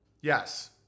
Yes